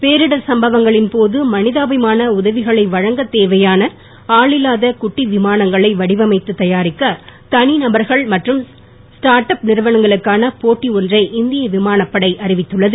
பேரிடர் சம்பவங்களின் போது மனிதாபிமான உதவிகளை வழங்க தேவையான ஆளில்லாத குட்டி விமானங்களை வடிவமைத்து தயாரிக்க தனிநபர்கள் மற்றும் ஸ்டார்ட்அப் நிறுவனங்களுக்கான போட்டி ஒன்றை இந்திய விமானப்படை அறிவித்துள்ளது